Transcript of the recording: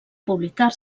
publicar